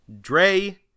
Dre